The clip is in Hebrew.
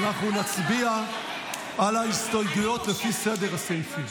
ואנחנו נצביע על ההסתייגויות לפי סדר הסעיפים.